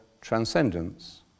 transcendence